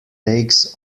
takes